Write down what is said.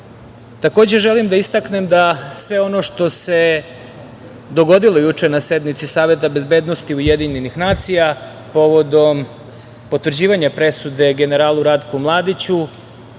želim da istaknem da sve ono što se dogodilo juče na sednici Saveta bezbednosti UN povodom potvrđivanja presude generalu Ratku Mladiću,